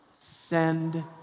send